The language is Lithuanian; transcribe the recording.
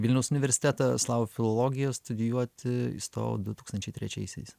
vilniaus universitetą slavų filologijos studijuoti įstojau du tūkstančiai trečiaisiais